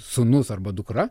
sūnus arba dukra